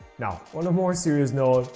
now, on a more serious note,